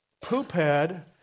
poophead